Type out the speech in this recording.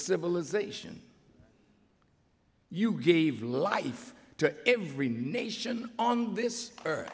civilization you gave life to every nation on this earth